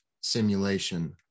simulation